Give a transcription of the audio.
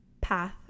path